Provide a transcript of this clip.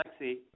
Alexi